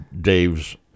Dave's